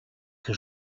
que